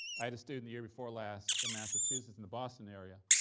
i had a student the year before last in massachusetts, in the boston area,